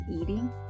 eating